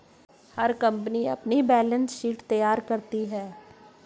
हर company अपनी balance sheet तैयार करती है